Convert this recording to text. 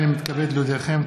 הינני מתכבד להודיעכם,